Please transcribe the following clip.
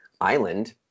island